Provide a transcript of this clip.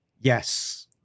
yes